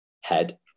head